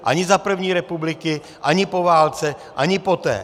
Ani za první republiky, ani po válce, ani poté.